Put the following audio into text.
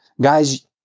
Guys